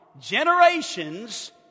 generations